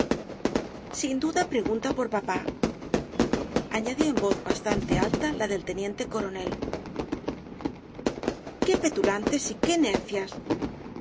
sin duda pregunta por papá añadió en voz bastante alta la del teniente coronel qué petulantes y qué necias